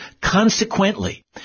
Consequently